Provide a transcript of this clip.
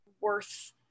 worth